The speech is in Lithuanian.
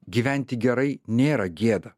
gyventi gerai nėra gėda